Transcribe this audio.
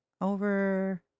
over